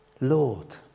Lord